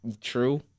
true